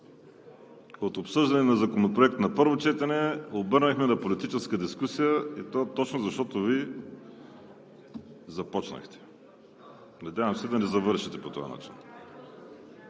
От обсъждането на Законопроекта на първо четене го обърнахме на политическа дискусия, и то точно, защото Вие я започнахте. Надявам се да не завършите по този начин.